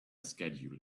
schedule